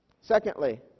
Secondly